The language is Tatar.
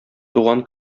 туган